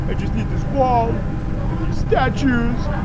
ah just need this wall and these statues